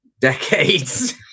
decades